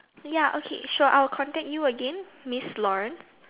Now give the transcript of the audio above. ya okay sure I will contact you again mister Lawrence